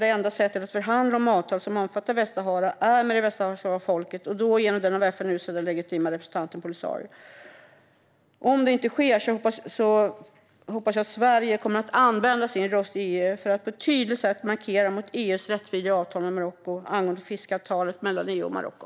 Det enda sättet att förhandla om avtal som omfattar Västsahara är att förhandla med det västsahariska folket genom den av FN utsedda legitima representanten Polisario. Om det inte sker hoppas jag att Sverige kommer att använda sin röst i EU för att på ett tydligt sätt markera mot EU:s rättsvidriga avtal med Marocko angående fiskeavtalet mellan EU och Marocko.